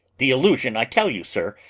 the illusion, i tell you, sir,